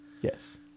yes